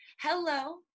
hello